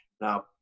now